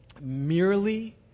merely